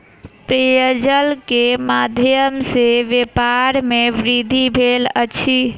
पेयजल के माध्यम सॅ व्यापार में वृद्धि भेल अछि